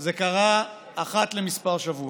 זה קרה אחת לכמה שבועות.